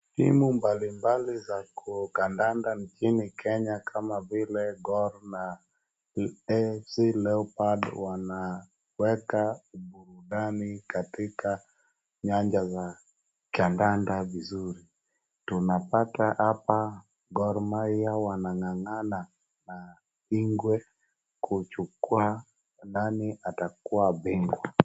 Timu mbalimbali za kadanda nchini Kenya kama vile Gor Mahia na AFC Leopards wanaweka burudani katika nyanja kadanda vizuri. Tunapata hapa Gor Mahia wanang'ang'ana na Igwe kuchukua nani atakuwa bingwa.